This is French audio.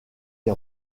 les